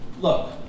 look